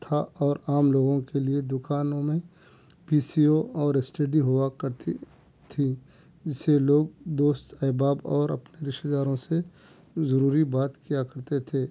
تھا اور عام لوگوں کے لئے دُکانوں میں پی سی او اور ایس ٹی ڈی ہُوا کرتی تھی جس سے لوگ دوست احباب اور اپنے رشتے داروں سے ضروری بات کیا کرتے تھے